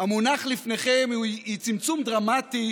המונח לפניכם היא צמצום דרמטי